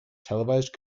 televised